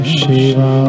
Shiva